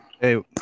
Hey